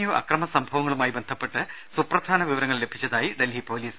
U അക്രമ സംഭവങ്ങളുമായി ബന്ധപ്പെട്ട് സുപ്രധാന വിവരങ്ങൾ ലഭിച്ചതായി ഡൽഹി പൊലീസ്